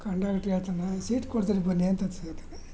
conductor ಹೇಳ್ತಾನೆ seat ಕೊಡ್ತೀನಿ ಬನ್ನಿ ಅಂತ ಹತ್ಸ್ಕೊಳ್ತಾನೆ